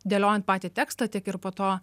dėliojant patį tekstą tiek ir po to